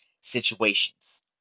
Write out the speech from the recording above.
situations